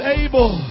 able